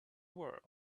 world